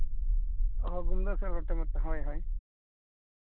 ᱜᱩᱢᱫᱟᱹ ᱥᱚᱨᱮᱱ ᱦᱳᱭ ᱦᱳᱭ